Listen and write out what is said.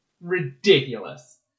ridiculous